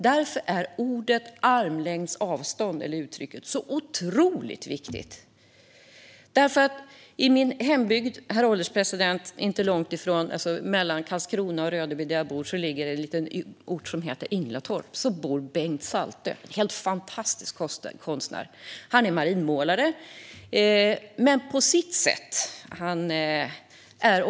Därför är uttrycket "armlängds avstånd" otroligt viktigt. Mellan Karlskrona och Rödeby, där jag bor, ligger en liten ort som heter Inglatorp. Där bor Bengt Saltö, en helt fantastisk konstnär. Han är marinmålare men på sitt eget sätt.